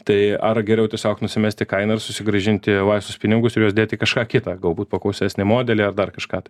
tai ar geriau tiesiog nusimesti kainą ir susigrąžinti laisvus pinigus ir juos dėt į kažką kitą galbūt paklausesnį modelį ar dar kažką tai